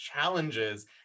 challenges